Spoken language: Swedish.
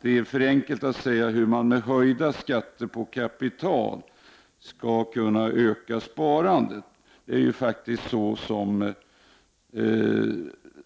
Det är för enkelt att fråga hur man med höjda skatter på kapital skall kunna öka sparandet. Det är, som